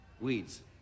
weeds